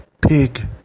pig